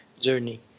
journey